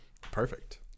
Perfect